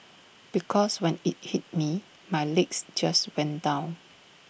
because when IT hit me my legs just went down